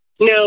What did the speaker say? No